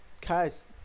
guys